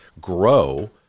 grow